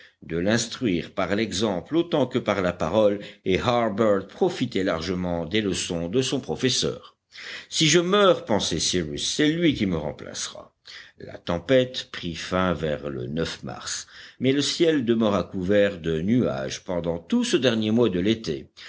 de l'instruire par l'exemple autant que par la parole et harbert profitait largement des leçons de son professeur si je meurs pensait cyrus smith c'est lui qui me remplacera la tempête prit fin vers le mars mais le ciel demeura couvert de nuages pendant tout ce dernier mois de l'été